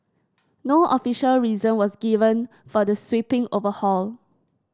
no official reason was given for the sweeping overhaul